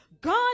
God